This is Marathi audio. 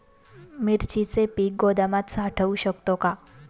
मिरचीचे पीक गोदामात साठवू शकतो का?